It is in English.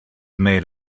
made